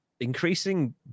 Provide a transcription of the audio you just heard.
increasing